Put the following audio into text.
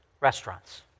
restaurants